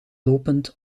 lopend